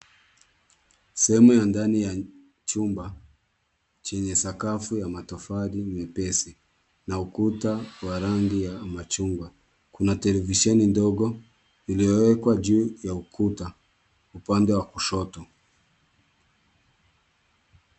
Sehemu ya ndani ya chumba chenye sakafu ya matofali mepesi na ukuta wa rangi ya machungwa. Kuna televisheni ndogo iliyowekwa juu ya ukuta upande wa kushoto.